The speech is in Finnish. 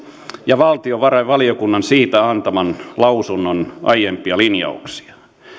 ja valtiovarainvaliokunnan siitä antaman lausunnon aiempia linjauksia